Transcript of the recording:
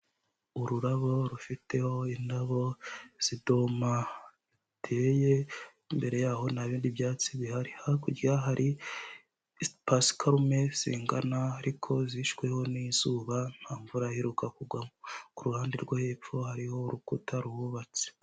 Ururabo rufiteho indabo z'idoma ziteye, imbere yaho nta bindi byatsi bihari. Hakurya hari pasiparume zingana, ariko zishweho n'izuba, nta mvura iheruka kugwa. Ku ruhande rwo hepfo hariho urukuta ruhubatse.